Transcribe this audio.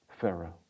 Pharaoh